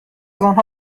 آنها